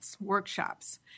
workshops